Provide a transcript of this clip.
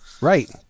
right